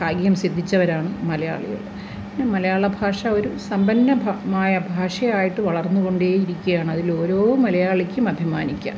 ഭാഗ്യം സിദ്ധിച്ചവരാണ് മലയാളികള് പിന്നെ മലയാളഭാഷ ഒരു സമ്പന്ന മായ ഭാഷയായിട്ട് വളർന്നുകൊണ്ടേ ഇരിക്കയാണ് അതിലോരോ മലയാളിക്കും അഭിമാനിക്കാം